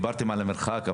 דיברתם על המרחק.